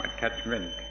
attachment